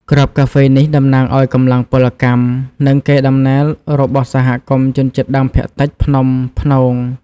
គ្រាប់កាហ្វេនេះតំណាងឱ្យកម្លាំងពលកម្ម និងកេរដំណែលរបស់សហគមន៍ជនជាតិដើមភាគតិចភ្នំព្នង។